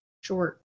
short